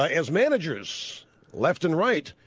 ah as managers left and right